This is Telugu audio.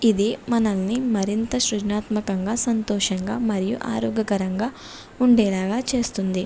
ఇది మనల్ని మరింత సృజనాత్మకంగా సంతోషంగా మరియు ఆరోగ్యకరంగా ఉండేలాగా చేస్తుంది